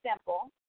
simple